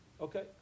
okay